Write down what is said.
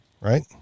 Right